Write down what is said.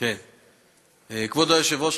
כבוד היושב-ראש,